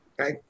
Okay